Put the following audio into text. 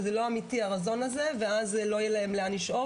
שזה לא אמיתי הרזון הזה ואז לא יהיה להם לאן לשאוף